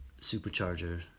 supercharger